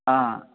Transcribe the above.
ആ